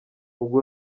ubwo